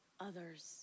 others